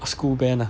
school band lah